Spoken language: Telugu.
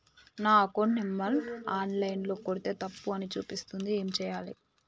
నా అకౌంట్ నంబర్ ఆన్ లైన్ ల కొడ్తే తప్పు అని చూపిస్తాంది ఏం చేయాలి?